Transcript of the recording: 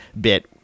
bit